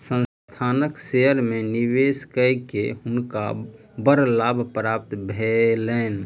संस्थानक शेयर में निवेश कय के हुनका बड़ लाभ प्राप्त भेलैन